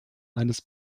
eines